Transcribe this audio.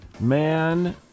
Man